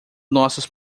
nossos